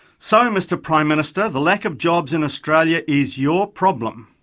so mr prime minister, the lack of jobs in australia is your problem.